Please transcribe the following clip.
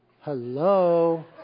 Hello